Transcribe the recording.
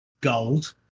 gold